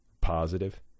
positive